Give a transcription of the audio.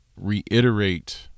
reiterate